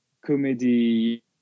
Comedy